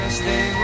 stay